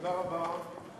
תודה רבה.